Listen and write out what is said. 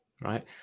right